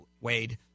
Wade